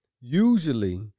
Usually